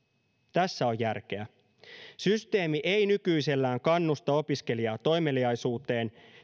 tässä on järkeä systeemi ei nykyisellään kannusta opiskelijaa toimeliaisuuteen